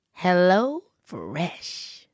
HelloFresh